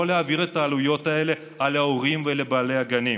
לא להעביר את העלויות האלה להורים ולבעלי הגנים,